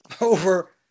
over